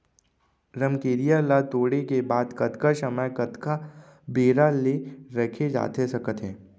रमकेरिया ला तोड़े के बाद कतका समय कतका बेरा ले रखे जाथे सकत हे?